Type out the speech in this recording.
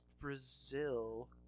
Brazil